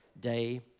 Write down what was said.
day